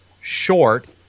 short